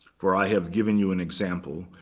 for i have given you an example,